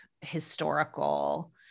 historical